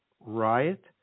riot